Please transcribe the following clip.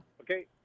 Okay